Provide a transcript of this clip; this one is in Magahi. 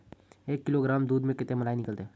एक किलोग्राम दूध में कते मलाई निकलते?